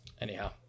Anyhow